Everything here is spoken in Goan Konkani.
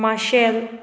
माशेल